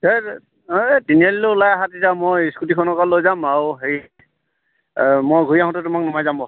এই এই তিনিআলিলৈ ওলাই আহা তেতিয়া মই স্কুটিখনকে লৈ যাম আৰু হেৰি মই ঘূৰি আহোঁতে তোমাক নমাই যাম বাৰু